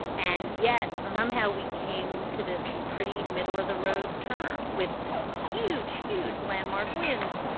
and yet somehow we came to this pretty middle of the road term with huge, huge landmark wins. you